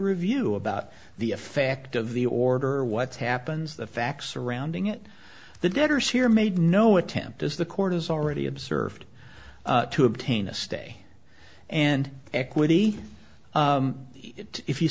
review about the effect of the order what happens the facts surrounding it the debtors here made no attempt as the court has already observed to obtain a stay and equity it if you